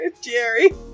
jerry